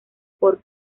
por